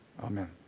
Amen